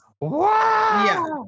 wow